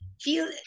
feel